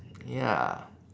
ya